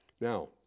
Now